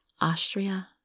austria